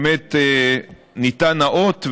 באמת ניתן האות,